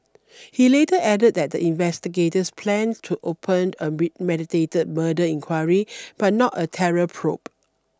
he later added that the investigators planned to open a premeditated murder inquiry but not a terror probe